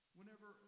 Whenever